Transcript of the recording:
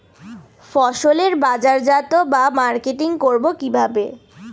ফসলের বাজারজাত বা মার্কেটিং করব কিভাবে?